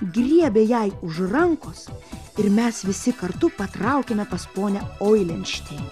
griebė jai už rankos ir mes visi kartu patraukėme pas ponią oilenštei